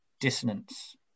dissonance